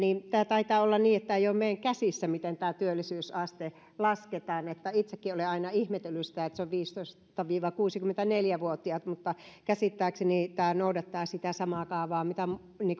taitaa olla niin että ei ole meidän käsissämme miten tämä työllisyysaste lasketaan itsekin olen aina ihmetellyt sitä että se on viisitoista viiva kuusikymmentäneljä vuotiaat mutta käsittääkseni tämä noudattaa sitä samaa kaavaa mitä on